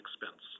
expense